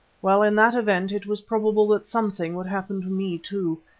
well, in that event, it was probable that something would happen to me too.